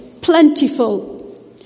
plentiful